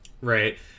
right